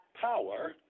power